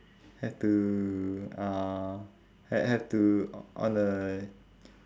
have to uh ha~ have to o~ on a